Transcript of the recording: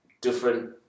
different